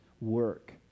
work